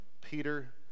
Peter